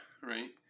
right